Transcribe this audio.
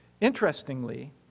Interestingly